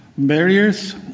Barriers